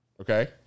Okay